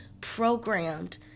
programmed